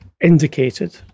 indicated